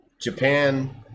Japan